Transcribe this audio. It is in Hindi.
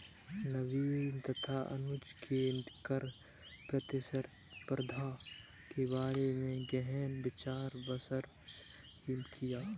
नवीन तथा अनुज ने कर प्रतिस्पर्धा के बारे में गहन विचार विमर्श किया